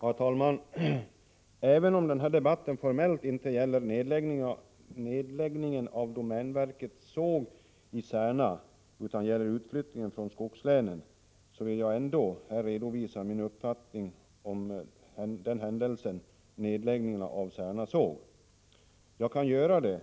Herr talman! Även om den här debatten formellt inte gäller nedläggningen av domänverkets såg i Särna utan utflyttningen från skogslänen, vill jag ändå här redovisa mina uppfattningar om nedläggningen av Särnasågen. Jag kan göra det